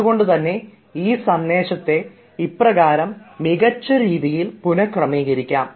അതുകൊണ്ടുതന്നെ ഈ സന്ദേശത്തെ ഇപ്രകാരം മികച്ച രീതിയിൽ പുനക്രമീകരിക്കാം